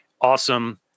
awesome